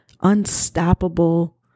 unstoppable